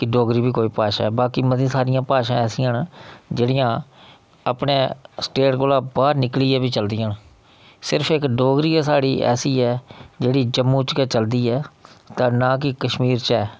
कि डोगरी बी कोई भाशा ऐ ते बाकी मतियां सारियां भाशां ऐसियां न जेह्ड़ियां अपने स्टेट कोला बाह्र निकलियै बी चलदियां न कि सिर्फ डोगरी गै इक ऐसी ऐ जेह्ड़ी जम्मू च गै चलदी ऐ ते ना कि कश्मीर च ऐ